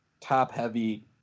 top-heavy